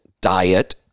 diet